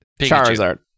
Charizard